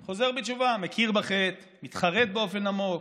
אני חוזר בתשובה, מכיר בחטא, מתחרט באופן עמוק,